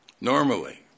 Normally